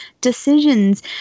decisions